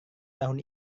tahun